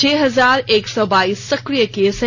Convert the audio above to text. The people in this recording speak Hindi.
छह हजार एक सौ बाईस सक्रिय केस हैं